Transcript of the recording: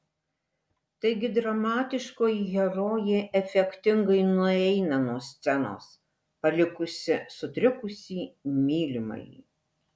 taigi dramatiškoji herojė efektingai nueina nuo scenos palikusi sutrikusį mylimąjį